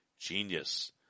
GENIUS